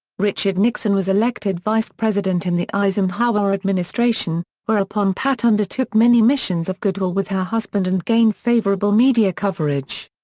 richard nixon was elected vice president in the eisenhower administration, whereupon pat undertook many missions of goodwill with her husband and gained favorable media coverage.